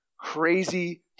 crazy